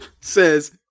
Says